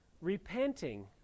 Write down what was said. Repenting